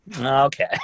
Okay